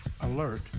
alert